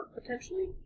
potentially